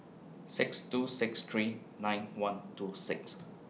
six two six three nine one two six